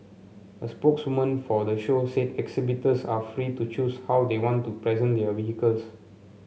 a spokeswoman for the show said exhibitors are free to choose how they want to present their vehicles